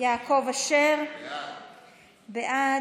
יעקב אשר, בעד,